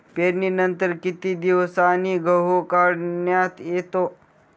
पेरणीनंतर किती दिवसांनी गहू काढण्यात येतो?